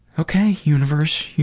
okay universe